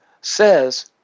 says